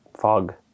fog